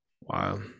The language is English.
Wow